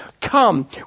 Come